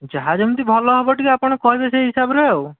ଯାହା ଯେମିତି ଭଲ ହେବ ଟିକିଏ ଆପଣ କହିବେ ସେ ହିସାବରେ ଆଉ